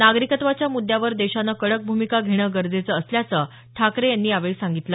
नागरिकत्वाच्या मुद्यावर देशानं कडक भूमिका घेणं गरजेचं असल्याचं ठाकरे यांनी यावेळी सांगितलं